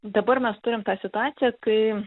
dabar mes turim tą situaciją kai